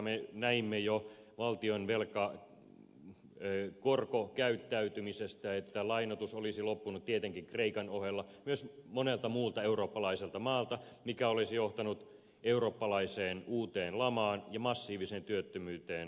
me näimme jo valtion korkokäyttäytymisestä että lainoitus olisi loppunut tietenkin kreikan ohella myös monelta muulta eurooppalaiselta maalta mikä olisi johtanut eurooppalaiseen uuteen lamaan ja massiiviseen työttömyyteen suomessa